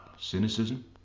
cynicism